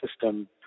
system